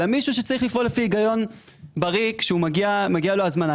אלא מישהו שצריך לפעול לפי היגיון בריא כשמגיעה לו הזמנה.